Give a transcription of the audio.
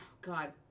God